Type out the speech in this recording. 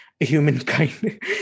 Humankind